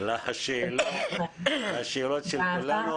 לשאלות של כולנו.